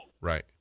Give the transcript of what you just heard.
right